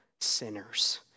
sinners